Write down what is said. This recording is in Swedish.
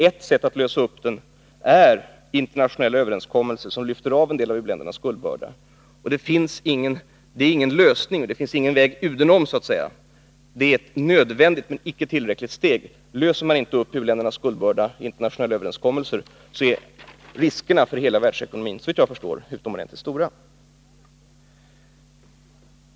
Ett sätt är internationella överenskommelser, som lyfter av en del av u-ländernas skuldbörda. Det är en förutsättning som det inte finns någon väg udenom. Det är ett nödvändigt men icke tillräckligt steg. Löser man inte genom internationella överenskommelser upp den knut som u-ländernas skuldbörda innebär, så är riskerna för hela världsekonomin, såvitt jag förstår, utomordentligt stora.